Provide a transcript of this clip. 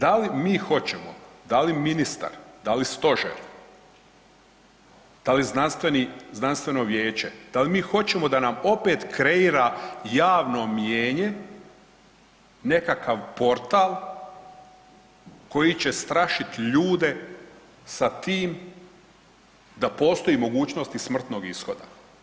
Da li mi hoćemo, da li ministar, da li Stožer, da li Znanstveno vijeće da li mi hoćemo da nam opet kreira javno mijenje nekakav portal koji će strašiti ljude sa tim da postoji mogućnost i smrtnog ishoda?